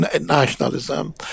nationalism